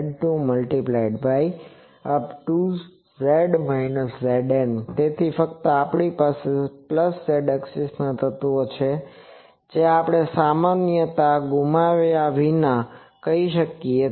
Ƶ Ƶn તેથી ફક્ત આપણી પાસે z axis તત્વો છે જેને આપણે સામાન્યતા ગુમાવ્યા વિના કહી શકીએ